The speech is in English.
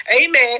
amen